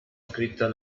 scritta